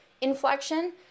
inflection